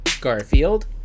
Garfield